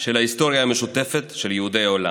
של ההיסטוריה המשותפת של יהודי העולם.